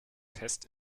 fest